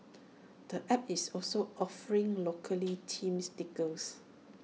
the app is also offering locally team stickers